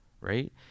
right